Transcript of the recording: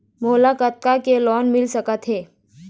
मोला कतका के लोन मिल सकत हे?